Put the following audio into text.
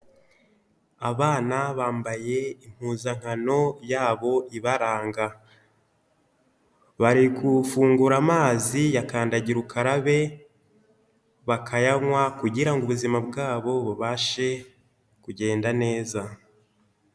Abana bambaye impuzankano yabo ibaranga, bari gufungura amazi yakandagira ukarabe bakayanywa kugira ngo ubuzima bwabo bubashe kugenda neza.